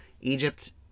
Egypt